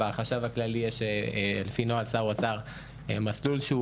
בחשב הכללי יש לפי נוהל שר אוצר מסלול שהוא